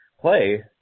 play